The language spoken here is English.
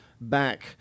back